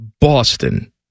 boston